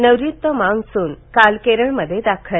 नैऋत्य मान्सून काल केरळमध्ये दाखल